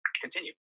Continue